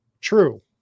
True